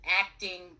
acting